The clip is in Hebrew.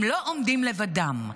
הם לא עומדים לבדם.